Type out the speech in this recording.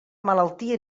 malaltia